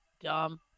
Dumb